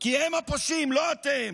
כי הם הפושעים, לא אתם.